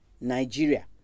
Nigeria